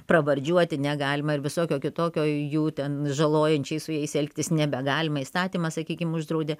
pravardžiuoti negalima ir visokio kitokio jų ten žalojančiai su jais elgtis nebegalima įstatymas sakykim uždraudė